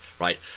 right